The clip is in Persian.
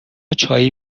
چایی